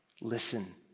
Listen